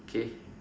K